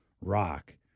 rock